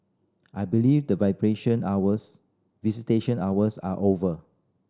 I believe the hours visitation hours are over